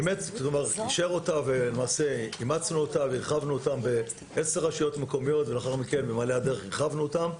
ואימצנו והרחבנו אותה לעשר רשויות מקומיות ובמעלה הדרך הרחבנו אותם.